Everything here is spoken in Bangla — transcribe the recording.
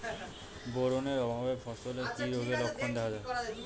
বোরন এর অভাবে ফসলে কি রোগের লক্ষণ দেখা যায়?